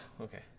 okay